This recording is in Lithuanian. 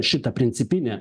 šitą principinę